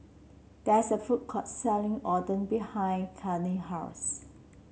there is a food court selling Oden behind Kadyn house